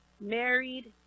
married